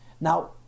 Now